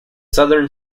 southern